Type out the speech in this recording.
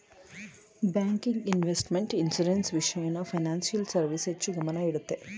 banking, investment, insurance, ವಿಷಯನ financial service ಹೆಚ್ಚು ಗಮನ ಇಡುತ್ತೆ